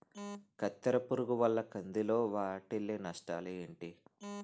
కత్తెర పురుగు వల్ల కంది లో వాటిల్ల నష్టాలు ఏంటి